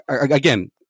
again